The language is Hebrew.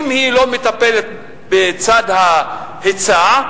אם היא לא מטפלת בצד ההיצע,